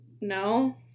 No